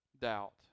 doubt